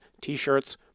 t-shirts